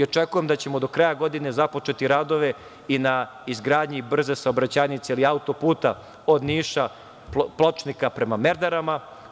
Očekujem da ćemo do kraja godine započeti radove na izgradnji brze saobraćajnice ili auto-puta od Niša, Pločnika, prema Merdarima.